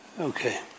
Okay